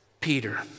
Peter